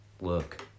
look